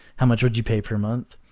how much would you pay per month?